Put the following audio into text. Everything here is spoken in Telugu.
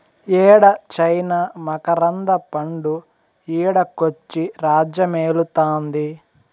యేడ చైనా మకరంద పండు ఈడకొచ్చి రాజ్యమేలుతాంది